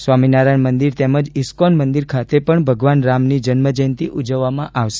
સ્વામીનારાયણ મંદિર તેમજ ઇસ્કોન મંદિર ખાતે પણ ભગવાન રામની જન્મજયંતિ ઉજવવામાં આવશે